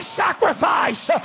sacrifice